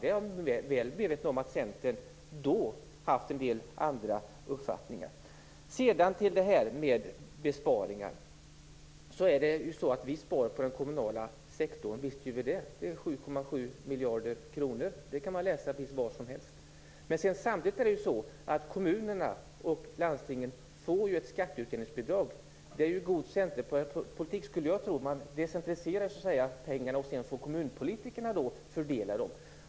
Jag är väl medveten om att Centern då har haft en del andra uppfattningar. Sedan till detta med besparingar. Visst sparar vi på den kommunala sektorn. Vi sparar 7,7 miljarder kronor. Det kan man läsa var som helst. Men samtidigt får ju kommuner och landsting ett skatteutjämningsbidrag. Det är god centerpolitik, skulle jag tro. Man decentraliserar pengarna och sedan får kommunpolitikerna fördela dem.